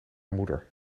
moeder